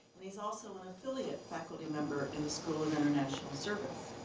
and he's also an affiliate faculty member in the school of international service.